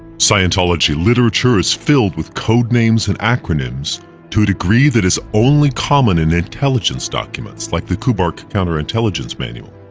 scientology literature is filled with codenames and acronyms to a degree that is only common in intelligence documents like the kubark counterintelligence manual.